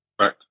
right